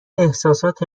احساسات